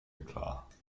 eklat